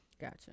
Gotcha